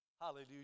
Hallelujah